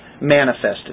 manifested